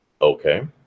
Okay